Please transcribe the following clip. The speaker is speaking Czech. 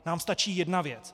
Nám stačí jedna věc.